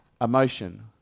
Emotion